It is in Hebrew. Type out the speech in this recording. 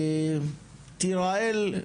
תירא-אל?